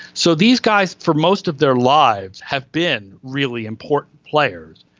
so these guys for most of their lives have been really important players.